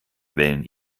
wählen